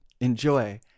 Enjoy